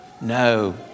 no